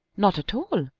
not at all,